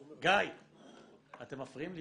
גיא, אתם מפריעים לי